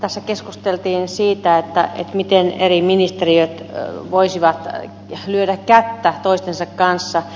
tässä keskusteltiin siitä miten eri ministeriöt voisivat lyödä kättä toistensa kanssa